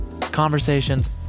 Conversations